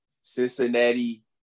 Cincinnati